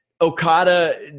Okada